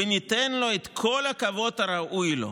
וניתן לו את כל הכבוד הראוי לו.